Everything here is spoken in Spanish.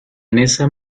esa